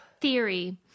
theory